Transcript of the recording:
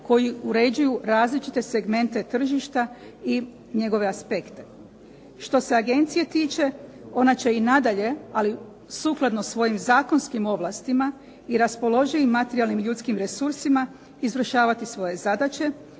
koji uređuju različite segmente tržišta i njegove aspekte. Što se agencije tiče ona će i nadalje, ali sukladno svojim zakonskim ovlastima i raspoloživim materijalnim i ljudskim resursima, izvršavati svoje zadaće,